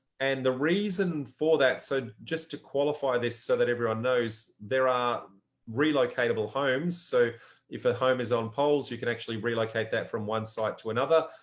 and the reason for that, so just to qualify this so that everyone knows there are relocatable homes. so if a home is on poles, you can actually relocate that from one site to another.